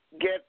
get